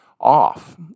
off